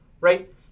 right